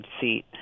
seat